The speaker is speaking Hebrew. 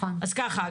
אז ככה,